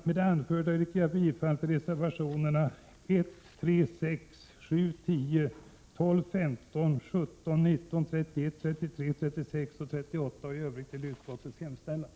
Med det anförda yrkar jag bifall till reservationerna 1, 3, 6, 7, 10, 12, 15, 17, 19,31, 33, 36 och 38 samt i övrigt till utskottets hemställan.